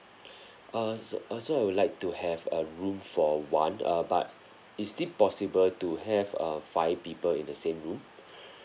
uh s~ uh so I would like to have a room for one uh but is it possible to have uh five people in the same room